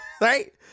right